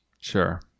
Sure